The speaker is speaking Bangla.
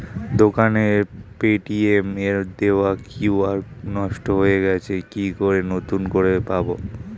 দোকানের পেটিএম এর দেওয়া কিউ.আর নষ্ট হয়ে গেছে কি করে নতুন করে পাবো?